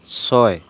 ছয়